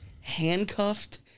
handcuffed